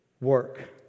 work